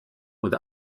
with